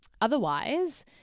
otherwise